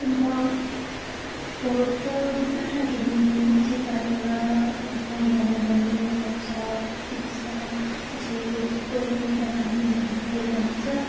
अन्त फोहोर त विचाराहरूले दिनैपिछे गाडीमा अब मैला नभनी गर्छ टिप्छ जे जस्तौ मैला पनि उनीहरूले लान्छ